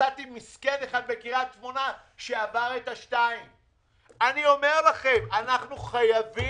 ומצאתי מסכן אחד בקריית שמונה שעבר את 2%. אני אומר לכם: אנחנו חייבים.